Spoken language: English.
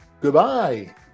goodbye